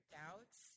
doubts